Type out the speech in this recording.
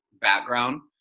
background